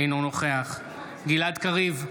אינו נוכח גלעד קריב,